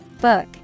book